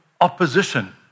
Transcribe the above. opposition